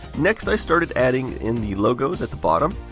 next i started adding in the logos at the bottom.